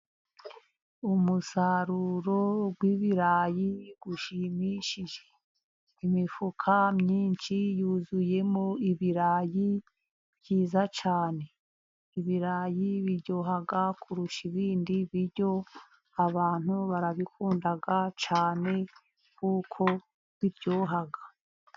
Umusaruro w'ibirayi ushimishije. Imifuka myinshi yuzuyemo ibirayi byiza cyane. Ibirayi biryoha kurusha ibindi biryo, abantu barabikunda cyane kuko biryoha.